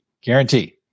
guarantee